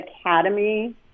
Academy